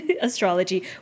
astrology